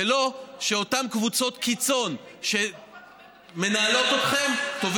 ולא שאותן קבוצות קיצון שמנהלות אתכם יובילו